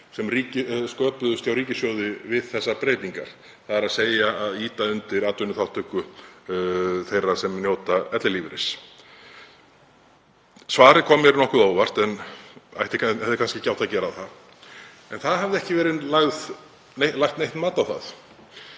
sem sköpuðust hjá ríkissjóði við þessar breytingar, þ.e. að ýta undir atvinnuþátttöku þeirra sem njóta ellilífeyris. Svarið kom mér nokkuð á óvart en hefði kannski ekki átt að gera það, en það hafði ekki verið lagt neitt mat á það.